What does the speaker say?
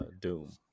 Doom